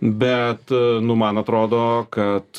bet nu man atrodo kad